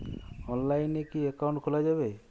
অনলাইনে কি অ্যাকাউন্ট খোলা যাবে?